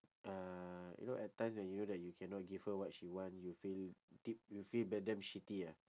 uh you know at times when you know that you cannot give her what she want you feel deep you feel bad damn shitty ah